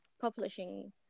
publishing